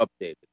updated